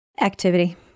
Activity